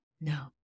No